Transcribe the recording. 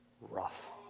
rough